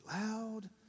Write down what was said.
loud